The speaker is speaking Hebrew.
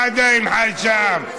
אתה עדיין חי שם.